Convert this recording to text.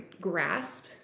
grasp